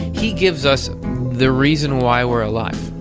he gives us the reason why we're alive.